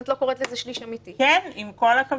לא קובעים לה מה לתת,